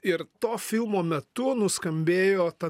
ir to filmo metu nuskambėjo ta